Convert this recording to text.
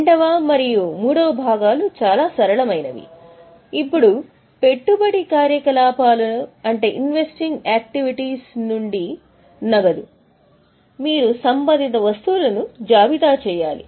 రెండవ మరియు మూడవ భాగాలు చాలా సరళమైనవి ఇప్పుడు పెట్టుబడి కార్యకలాపాలు నుండి నగదు మీరు సంబంధిత వస్తువులను జాబితా చేయాలి